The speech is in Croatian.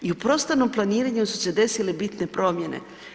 I u prostornom planiranju su se desile bitne promjene.